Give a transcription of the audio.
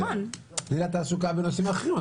תני לה תעסוקה בנושאים אחרים,